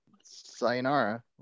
sayonara